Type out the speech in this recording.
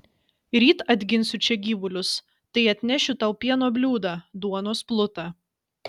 ryt atginsiu čia gyvulius tai atnešiu tau pieno bliūdą duonos plutą